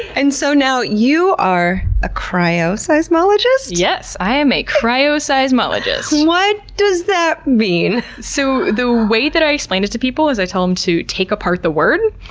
and so, you are a cryo-seismologist? yes, i am a cryoseismologist. what does that mean? so the way that i explain it to people is i tell them to take apart the word.